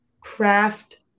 craft